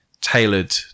tailored